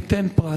אתן פרס.